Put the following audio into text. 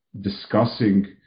discussing